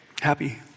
happy